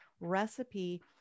Recipe